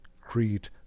creed